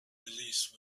released